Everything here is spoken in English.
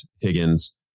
Higgins